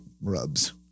rubs